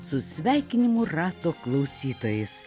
su sveikinimų rato klausytojais